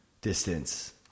distance